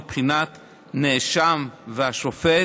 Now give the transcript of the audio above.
מבחינת הנאשם והשופט,